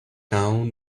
now